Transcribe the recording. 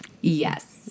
Yes